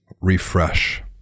refresh